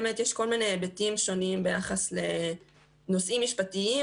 יש היבטים שונים ביחס לנושאים משפטיים,